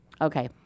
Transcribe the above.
okay